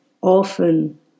often